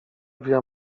via